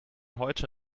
heute